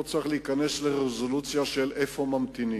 פה צריך להיכנס לרזולוציה של איפה ממתינים.